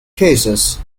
cases